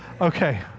okay